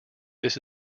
this